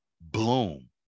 bloom